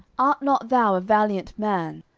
art not thou a valiant man?